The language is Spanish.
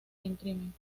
imprimen